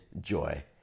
joy